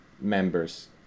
members